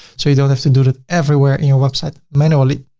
so you don't have to do to everywhere in your website manually.